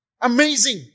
Amazing